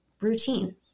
routine